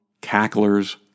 cacklers